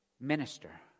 minister